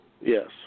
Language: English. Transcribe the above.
Yes